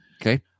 Okay